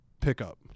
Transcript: pickup